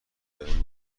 بهم